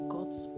God's